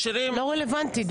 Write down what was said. לא רלוונטי.